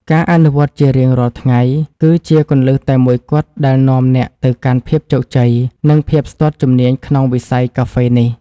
ការអនុវត្តជារៀងរាល់ថ្ងៃ គឺជាគន្លឹះតែមួយគត់ដែលនាំអ្នកទៅកាន់ភាពជោគជ័យ និងភាពស្ទាត់ជំនាញក្នុងវិស័យកាហ្វេនេះ។